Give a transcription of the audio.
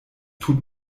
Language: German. tut